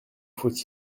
faut